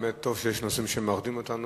טוב שיש נושאים שמאחדים אותנו.